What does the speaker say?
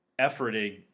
efforting